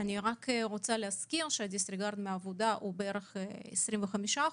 אני רוצה להזכיר שהדיסריגרד מהעבודה הוא בערך 25%,